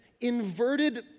inverted